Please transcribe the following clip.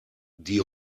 die